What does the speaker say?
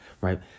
right